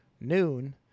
noon